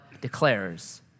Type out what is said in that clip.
declares